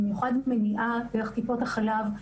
במיוחד במניעה דרך טיפות החלב,